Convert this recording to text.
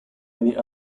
many